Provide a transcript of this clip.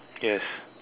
yes